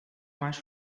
mais